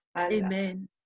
Amen